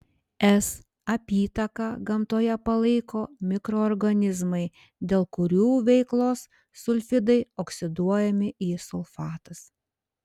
s apytaką gamtoje palaiko mikroorganizmai dėl kurių veiklos sulfidai oksiduojami į sulfatus